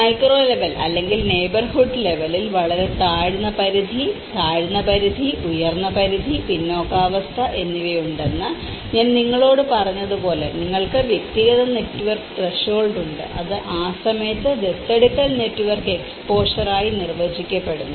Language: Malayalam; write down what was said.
മൈക്രോ ലെവൽ അല്ലെങ്കിൽ നെയ്ബർഹുഡ് ലെവലിൽ വളരെ താഴ്ന്ന പരിധി താഴ്ന്ന പരിധി ഉയർന്ന പരിധി പിന്നാക്കാവസ്ഥ എന്നിവ ഉണ്ടെന്ന് ഞാൻ നിങ്ങളോട് പറഞ്ഞതുപോലെ നിങ്ങൾക്ക് വ്യക്തിഗത നെറ്റ്വർക്ക് ത്രെഷോൾഡ് ഉണ്ട് അത് ആ സമയത്ത് ദത്തെടുക്കൽ നെറ്റ്വർക്ക് എക്സ്പോഷറായി നിർവചിക്കപ്പെടുന്നു